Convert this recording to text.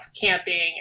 camping